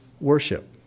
worship